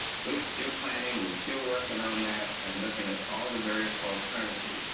we're still planning, we're still working on that. and looking at all the various alternatives.